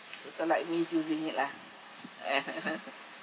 so thought like misusing it lah